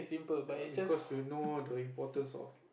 ya because you know the importance of